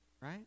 right